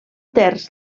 terç